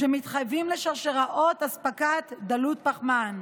שמתחייבים לשרשרות אספקה דלות פחמן.